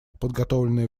подготовленное